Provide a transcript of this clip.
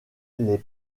les